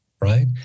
Right